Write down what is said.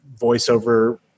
voiceover